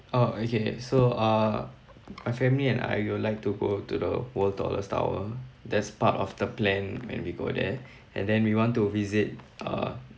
oh okay so uh my family and I we would like to go to the world tallest tower that's part of the plan when we go there and then we want to visit uh